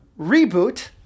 reboot